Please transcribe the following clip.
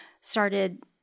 started